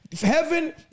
Heaven